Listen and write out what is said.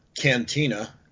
cantina